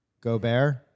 Gobert